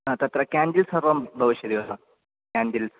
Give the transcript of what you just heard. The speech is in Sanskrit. तत्र केण्डिलस् सर्वं भविष्यति वा केन्डिल्स्